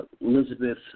Elizabeth